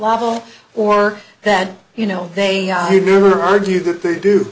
level or that you know they